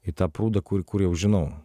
į tą prūdą kur kur jau žinau